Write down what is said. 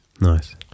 nice